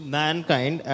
mankind